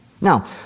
Now